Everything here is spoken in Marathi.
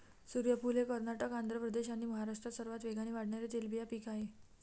सूर्यफूल हे कर्नाटक, आंध्र प्रदेश आणि महाराष्ट्रात सर्वात वेगाने वाढणारे तेलबिया पीक आहे